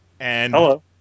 Hello